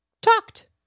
talked